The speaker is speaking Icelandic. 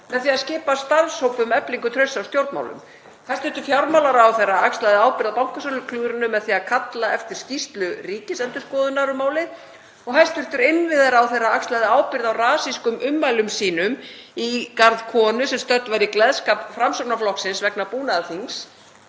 með því að skipa starfshóp um eflingu trausts á stjórnmálum. Hæstv. fjármálaráðherra axlaði ábyrgð á bankasöluklúðrinu með því að kalla eftir skýrslu Ríkisendurskoðunar um málið og hæstv. innviðaráðherra axlaði ábyrgð á rasískum ummælum sínum í garð konu sem stödd var í gleðskap Framsóknarflokksins vegna búnaðarþings